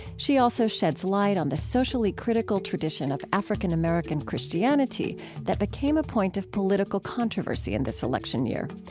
she also sheds light on the socially critical tradition of african-american christianity that became a point of political controversy in this election year.